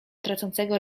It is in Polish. tracącego